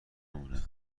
مونه